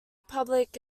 public